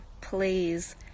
please